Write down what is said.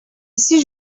ici